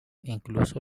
incluso